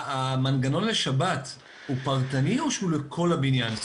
המנגנון לשבת הוא פרטני או שהוא לכל הבניין?